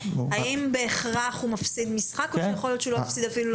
האם בהכרח הוא מפסיד משחק או שיכול להיות שהוא לא מפסיד אפילו משחק?